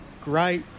great